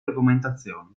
argomentazioni